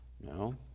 No